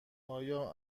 آیا